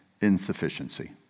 insufficiency